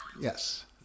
Yes